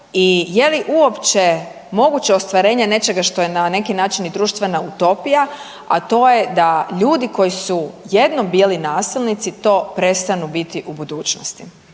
i je li uopće moguće ostvarenje nečega što je na neki način i društvena utopija, a to je da ljudi koji su jednom bili nasilnici to prestanu biti u budućnosti.